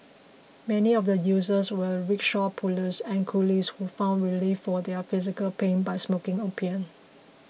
many of the users were rickshaw pullers and coolies who found relief for their physical pain by smoking opium